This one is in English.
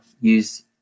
use